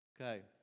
Okay